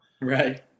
right